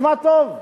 תשמע טוב,